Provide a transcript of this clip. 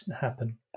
happen